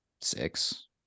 six